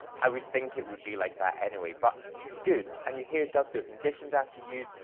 i would think it would be like that anyway. but it's good and your hair does feel conditioned after use.